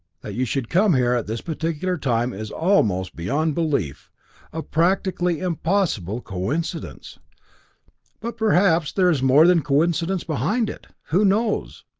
that you should come here at this particular time is almost beyond belief a practically impossible coincidence but perhaps there is more than coincidence behind it? who knows?